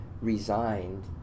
resigned